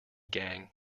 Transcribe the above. gang